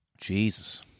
Jesus